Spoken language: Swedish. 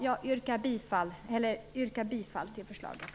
Jag yrkar bifall till förslaget.